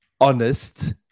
honest